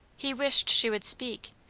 he wished she would speak,